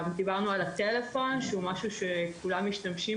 דיברנו על הטלפון שהוא משהו שכולם משתמשים